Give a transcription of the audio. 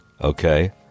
Okay